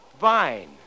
vine